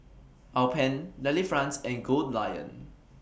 Alpen Delifrance and Goldlion